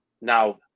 now